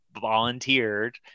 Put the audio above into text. volunteered